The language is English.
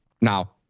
now